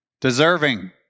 deserving